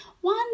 One